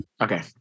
Okay